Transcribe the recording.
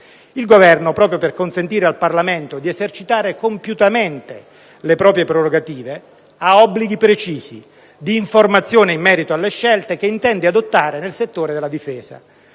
Il Governo, proprio per consentire al Parlamento di esercitare compiutamente le proprie prerogative, ha obblighi precisi di informazione in merito alle scelte che intende adottare nel settore della difesa.